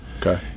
okay